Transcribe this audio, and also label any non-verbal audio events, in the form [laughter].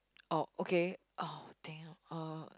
orh okay [noise] damn uh